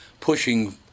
pushing